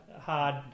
hard